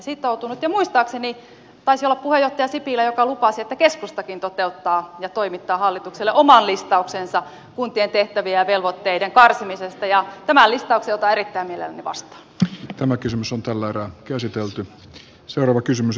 muistaakseni taisi olla puheenjohtaja sipilä joka lupasi että keskustakin toteuttaa ja toimittaa hallitukselle oman listauksensa kuntien tehtävien ja velvoitteiden karsimisesta ja tämän listauksen otan erittäin mielelläni vastaan